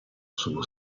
sono